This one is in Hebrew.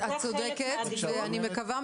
צודקת.